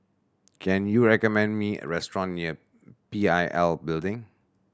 can you recommend me a restaurant near P I L Building